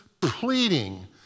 pleading